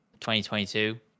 2022